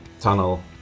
tunnel